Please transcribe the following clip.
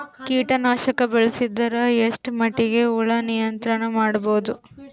ಕೀಟನಾಶಕ ಬಳಸಿದರ ಎಷ್ಟ ಮಟ್ಟಿಗೆ ಹುಳ ನಿಯಂತ್ರಣ ಮಾಡಬಹುದು?